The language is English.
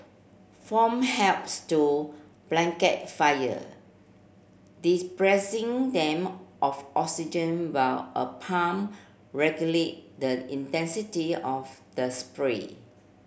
foam helps to blanket fire them of oxygen while a pump regulate the intensity of the spray